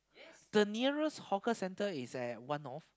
the nearest hawker center is at One-North